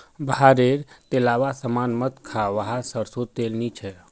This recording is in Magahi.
बाहर रे तेलावा सामान मत खा वाहत सरसों तेल नी छे